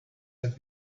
have